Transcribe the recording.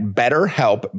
betterhelp